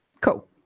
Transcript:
cool